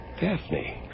Daphne